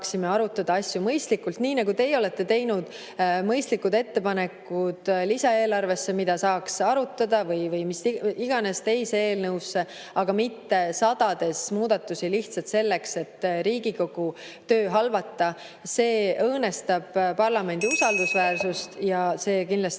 saaksime arutada asju mõistlikult, nii nagu teie olete teinud mõistlikud ettepanekud lisaeelarvesse, mida saaks arutada, või mis iganes teise eelnõusse, aga mitte sadades muudatusi lihtsalt selleks, et Riigikogu töö halvata. (Juhataja helistab kella.) See õõnestab parlamendi usaldusväärsust ja see kindlasti